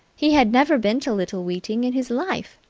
he had never been to little weeting in his life,